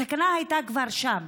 הסכנה הייתה כבר שם,